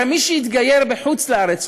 הרי מי שהתגייר בחוץ-לארץ,